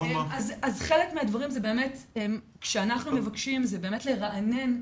אז חלק מהדברים שאנחנו מבקשים זה באמת לרענן את הנהלים.